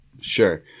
sure